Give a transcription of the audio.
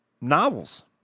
novels